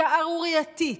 השערורייתית,